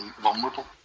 vulnerable